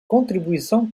contribuição